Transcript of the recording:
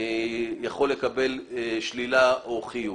יכול לקבל שלילה או חיוב.